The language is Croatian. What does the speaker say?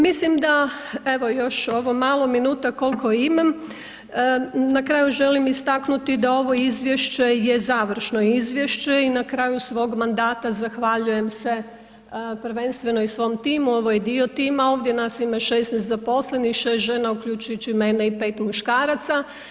Mislim da evo još ovo malo minuta koliko imam na kraju želim istaknuti da ovo izvješće je završno izvješće i na kraju svog mandata zahvaljujem se prvenstveno i svom timu, ovo je i dio tima ovdje, nas ima 16 zaposlenih, 6 žena uključujući i mene i 5 muškaraca.